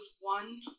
one